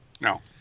no